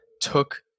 took